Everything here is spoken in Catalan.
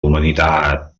humanitat